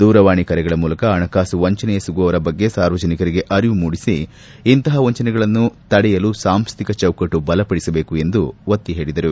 ದೂರವಾಣಿ ಕರೆಗಳ ಮೂಲಕ ಹಣಕಾಸು ವಂಚನೆ ಎಸಗುವವರ ಬಗ್ಗೆ ಸಾರ್ವಜನಿಕರಿಗೆ ಅರಿವು ಮೂಡಿಸಿ ಇಂತಹ ವಂಚನೆಗಳನ್ನು ತಡೆಲು ಸಾಂಸ್ಹಿಕ ಚೌಕಟ್ನು ಬಲಪಡಿಸಬೇಕು ಎಂದು ಒತ್ತಿ ಹೇಳಿದರು